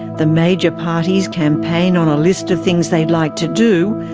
the major parties campaign on a list of things they'd like to do,